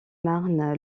marne